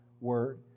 word